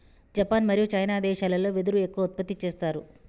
Japan మరియు China దేశాలల్లో వెదురు ఎక్కువ ఉత్పత్తి చేస్తారు